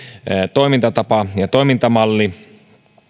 toimintatapa ja toimintamalli